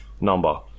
number